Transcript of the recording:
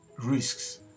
Risks